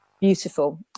beautiful